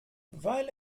weil